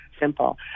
simple